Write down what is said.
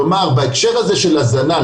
כלומר בהקשר הזה של הזנה,